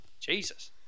Jesus